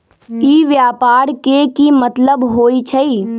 ई व्यापार के की मतलब होई छई?